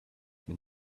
been